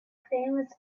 famous